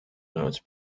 notes